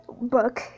book